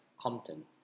Compton